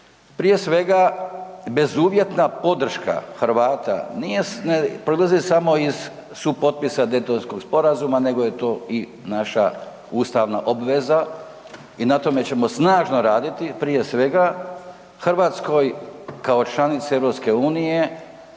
Prije svega, bezuvjetna podrška Hrvata ne proizlazi samo iz supotpisa Daytonskog sporazuma nego je to i naša ustavna obveza i na tome ćemo snažno raditi prije svega, Hrvatskoj kao članici EU-a,